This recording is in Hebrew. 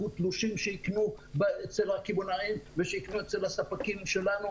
תלושים שבהם ניתן יהיה לקנות אצל הקמעונאים והספקים שלנו,